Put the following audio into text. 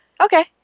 Okay